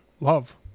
love